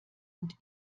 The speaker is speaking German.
und